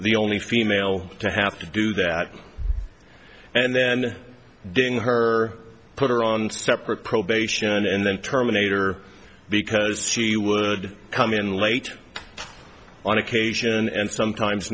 the only female to have to do that and then getting her put her on separate probation and then terminator because she would come in late on occasion and sometimes